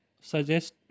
suggest